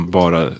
bara